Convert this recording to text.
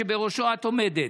שבראשו את עומדת,